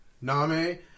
Name